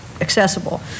accessible